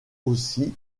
aussi